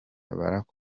barack